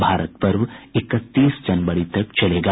भारत पर्व इकतीस जनवरी तक चलेगा